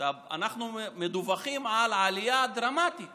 אנחנו מדווחים על העלייה הדרמטית